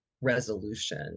resolution